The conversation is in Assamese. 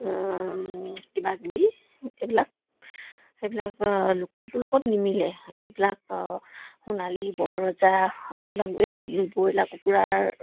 কিবা কিবি এইবিলাক সেইবিলাক লোকেলটোৰ লগত নিমিলে এইবিলাক সোণালী বন ৰজা এইবিলাক এই বইলা কুকুৰাৰ